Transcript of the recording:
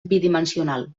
bidimensional